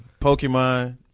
Pokemon